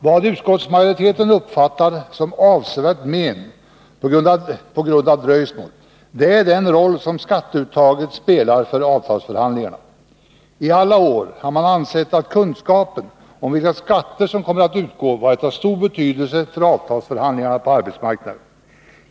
Vad utskottsmajoriteten uppfattar som avsevärt men på grund av ett dröjsmål är den roll som skatteuttaget spelar för avtalsförhandlingarna. I alla år har man ansett att kunskapen om vilka skatter som kommer att utgå varit av stor betydelse för avtalsförhandlingarna på arbetsmarknaden.